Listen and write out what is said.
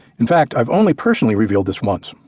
in fact, i've only personally revealed this once.